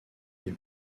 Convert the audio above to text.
des